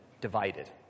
divided